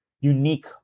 unique